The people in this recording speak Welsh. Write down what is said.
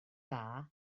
dda